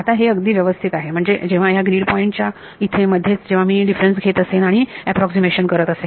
आता हे अगदी व्यवस्थित आहे म्हणजे जेव्हा ह्या ग्रीड पॉईंट च्या इथे मध्येच जेव्हा मी डिफरन्स घेत असेन आणि अॅप्रॉक्सीमेशन करत असेन